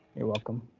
you're welcome.